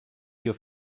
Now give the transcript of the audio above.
your